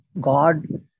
God